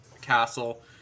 Castle